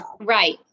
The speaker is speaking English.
Right